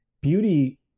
beauty